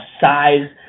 size